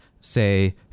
say